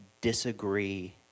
disagree